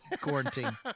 quarantine